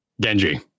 Genji